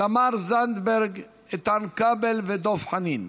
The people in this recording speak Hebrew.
תמר זנדברג, איתן כבל ודב חנין.